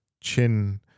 chin